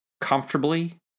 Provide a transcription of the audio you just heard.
comfortably